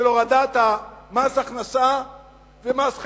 של הורדת מס הכנסה ומס חברות.